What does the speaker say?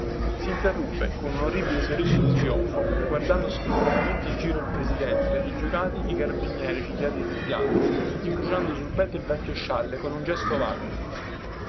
sinterruppe con un orribile sorriso di trionfo guardando sfrontatamente in giro il presidente i giurati i carabinieri cinghiati di bianco incrociando sul petto il vecchio scialle con un gesto vago